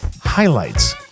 Highlights